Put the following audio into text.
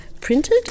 printed